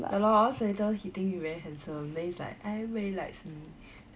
ya lor otherwise later he thinks he very handsome then he's like everybody likes me